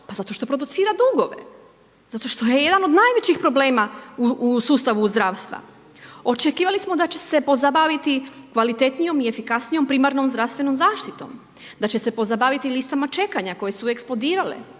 Pa zato što producira dugove, zato što je jedan od najvećih problema u sustavu zdravstva, očekivali smo da će se pozabaviti kvalitetnijom i efikasnijom primarnom zdravstvenom zaštitom, da će se pozabaviti listama čekanja koje su eksplodirale,